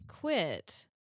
quit